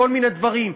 כל מיני דברים.